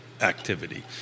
activity